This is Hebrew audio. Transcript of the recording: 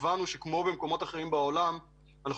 הבנו שכמו במקומות אחרים בעולם אנחנו